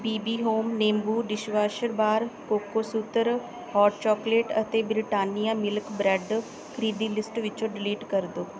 B B home ਨਿੰਬੂ dishwasher bar Cocosutra hot chocolate ਅਤੇ Britannia milk bread ਖਰੀਦੀ list ਵਿੱਚੋਂ ਡਿਲੀਟ ਕਰ ਦਿਉ